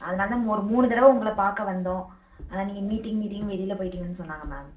அதனால தான் ஒரு மூணு தடவை உங்களை பார்க்க வந்தோம் ஆனால் நீங்கள் மீட்டிங் மீட்டிங் வெளியில போயிட்டிங்கன்னு சொன்னாங்க மேம்